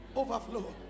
overflow